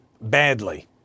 badly